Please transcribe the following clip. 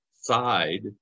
side